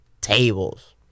tables